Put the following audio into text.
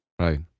Right